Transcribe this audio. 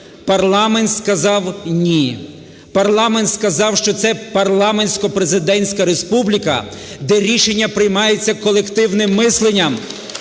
парламент сказав "ні", парламент сказав, що це парламентсько-президентська республіка, де рішення приймається колективним мисленням,